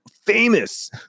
famous